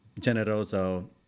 Generoso